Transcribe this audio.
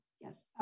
Yes